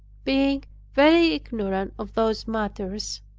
being very ignorant of those matters,